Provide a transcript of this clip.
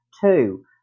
Two